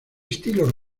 estilo